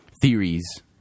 theories